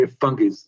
fungi